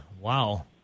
Wow